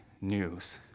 news